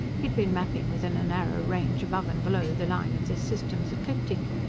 he'd been mapping within a narrow range above and below the line of this system's ecliptic.